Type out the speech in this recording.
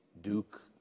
Duke